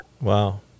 Wow